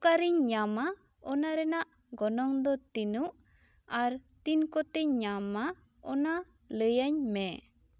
ᱚᱠᱟᱨᱮᱧ ᱧᱟᱢᱟ ᱚᱱᱟ ᱨᱮᱱᱟᱜ ᱜᱚᱱᱚᱝ ᱫᱚ ᱛᱤᱱᱟᱹᱜ ᱟᱨ ᱛᱤᱱ ᱠᱚᱛᱮᱧ ᱧᱟᱢᱟ ᱚᱱᱟ ᱞᱟᱹᱭ ᱟᱹᱧ ᱢᱮ